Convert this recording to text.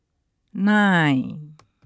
nine